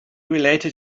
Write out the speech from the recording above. related